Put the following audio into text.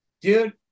dude